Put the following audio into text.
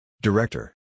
Director